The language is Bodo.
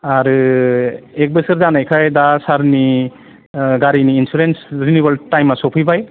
आरो एक बोसोर जानायखाय दा सारनि गारिनि इन्सुरेन्स रिनिवेल टाइमया सौफैबाय